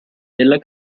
della